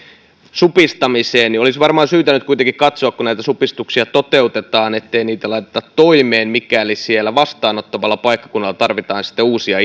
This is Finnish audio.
supistamiseen olisi varmaan syytä nyt kuitenkin katsoa kun näitä supistuksia toteutetaan ettei niitä laiteta toimeen mikäli siellä vastaanottavalla paikkakunnalla tarvitaan sitten uusia